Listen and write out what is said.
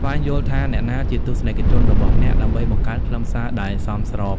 ស្វែងយល់ថាអ្នកណាជាទស្សនិកជនរបស់អ្នក ដើម្បីបង្កើតខ្លឹមសារដែលសមស្រប។